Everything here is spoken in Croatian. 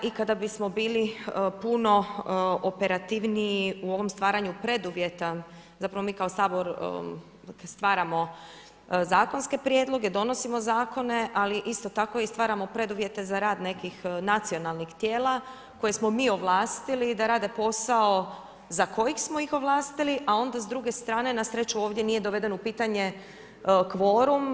I kada bismo bili puno operativniji u ovom stvaranju preduvjeta, zapravo mi kao Sabor stvaramo zakonske prijedloge, donosimo zakone, ali isto tako stvaramo preduvjete za rad nekih nacionalnih tijela koje smo mi ovlastili da rade posao za kojeg smo ih ovlastili, a onda s druge strane, na sreću ovdje nije doveden u pitanje kvorum.